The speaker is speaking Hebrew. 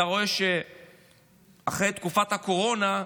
אתה רואה שאחרי תקופת הקורונה,